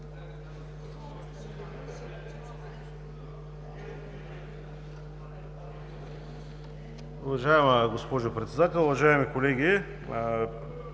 Уважаема госпожо Председател, уважаеми колеги!